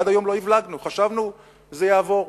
עד היום הבלגנו, חשבנו שזה יעבור.